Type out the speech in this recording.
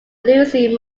lucy